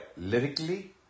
lyrically